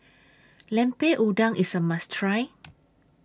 Lemper Udang IS A must Try